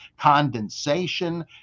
condensation